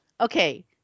Okay